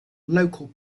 local